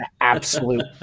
absolute